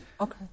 Okay